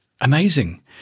Amazing